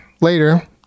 later